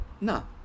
no